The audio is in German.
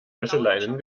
wäscheleinen